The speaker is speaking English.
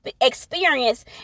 experience